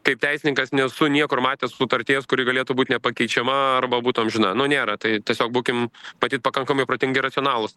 kaip teisininkas nesu niekur matęs sutarties kuri galėtų būt nepakeičiama arba būt amžina nu nėra tai tiesiog būkim matyt pakankamai protingi ir racionalūs